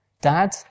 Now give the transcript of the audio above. Dad